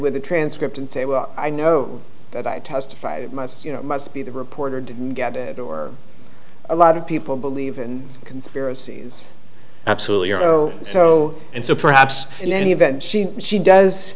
with a transcript and say well i know that i testified you know must be the reporter didn't get it or a lot of people believe in conspiracies absolutely oh so and so perhaps in any event she she does